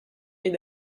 est